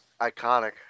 Iconic